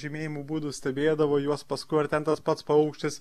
žymėjimo būdus stebėdavo juos paskui ar ten tas pats paukštis